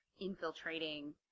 infiltrating